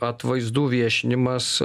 atvaizdų viešinimas